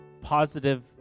positive